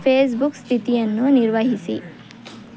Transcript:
Facebook ಸ್ಥಿತಿಯನ್ನು ನಿರ್ವಹಿಸಿ